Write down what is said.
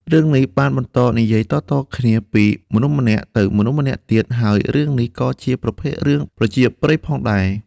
រឿងនេះបានបន្តនិយាយតៗគ្នាពីមនុស្សម្នាក់ទៅមនុស្សម្នាក់ទៀត ហើយរឿងនេះក៏ជាប្រភេទរឿងប្រជាប្រិយផងដែរ។